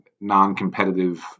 non-competitive